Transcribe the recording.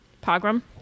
Pogrom